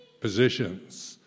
positions